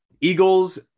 Eagles